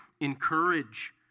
Encourage